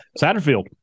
Satterfield